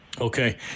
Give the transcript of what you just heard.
Okay